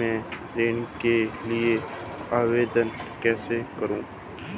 मैं ऋण के लिए आवेदन कैसे करूं?